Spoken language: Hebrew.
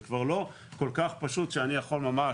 זה כבר לא כל כך פשוט שאני יכול ממש